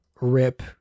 rip